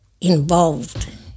Involved